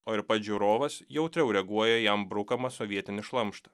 o ir pats žiūrovas jautriau reaguoja į jam brukamą sovietinį šlamštą